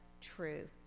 true